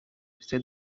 said